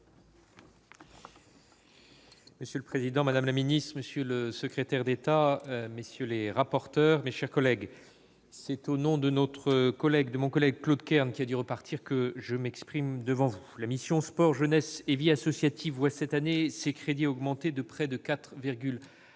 Monsieur le président, madame la ministre, monsieur le secrétaire d'État, messieurs les rapporteurs, mes chers collègues, c'est au nom de mon collègue Claude Kern, qui a dû s'absenter, que je m'exprime devant vous. La mission « Sport, jeunesse et vie associative » voit cette année ses crédits augmenter de près de 4,1